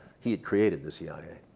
he had created the cia.